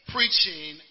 Preaching